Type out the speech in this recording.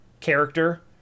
character